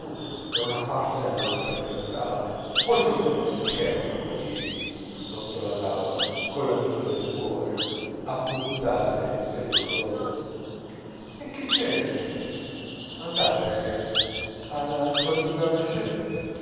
da una parte all'altra della sala o giocan di scherma coi piedi sotto la tavola coll'amico del cuore a puntate pericolose e che genere andate alle